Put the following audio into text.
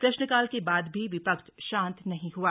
प्रश्नकाल के बाद भी विपक्ष शांत नहीं हुआ